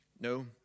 no